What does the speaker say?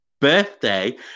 birthday